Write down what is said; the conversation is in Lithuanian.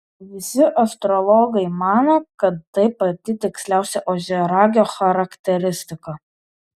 visi astrologai mano kad tai pati tiksliausia ožiaragio charakteristika